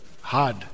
hard